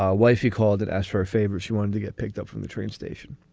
um wife you called that ask for a favor. she wanted to get picked up from the train station.